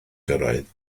gyrraedd